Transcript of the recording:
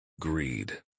Greed